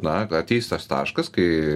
na ateis tas taškas kai